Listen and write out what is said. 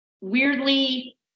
weirdly